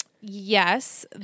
yes